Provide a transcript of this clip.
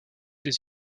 des